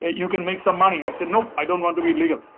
you can make some money. i said, nope! i don't want to be illegal.